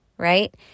right